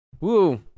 Woo